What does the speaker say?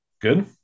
Good